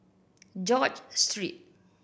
George Street